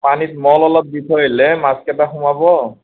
পানীত মল অলপ দি থৈ আহিলে মাছকেইটা সোমাব